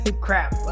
crap